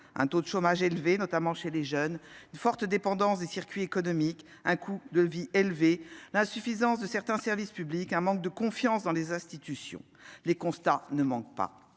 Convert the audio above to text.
un taux de chômage important, notamment chez les jeunes, une forte dépendance des circuits économiques, un coût de la vie élevé, l'insuffisance de certains services publics, un manque de confiance dans les institutions. Les constats ne manquent pas